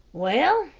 well,